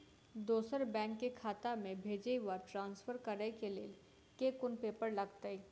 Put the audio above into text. दोसर बैंक केँ खाता मे भेजय वा ट्रान्सफर करै केँ लेल केँ कुन पेपर लागतै?